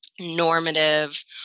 normative